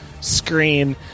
screen